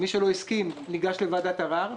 מי שלא הסכים ניגש לוועדת ערר,